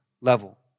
level